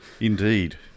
indeed